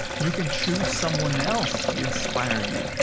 you can choose someone else to inspire you.